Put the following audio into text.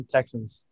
Texans